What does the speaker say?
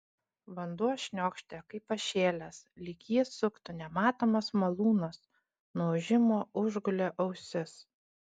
vanduo šniokštė kaip pašėlęs lyg jį suktų nematomas malūnas nuo ūžimo užgulė ausis